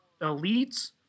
elites